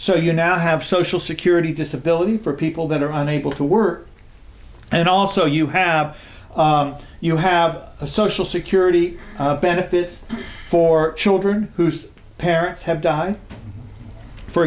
so you now have social security disability for people that are unable to work and also you have you have a social security benefits for children whose parents have died for